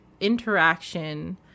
interaction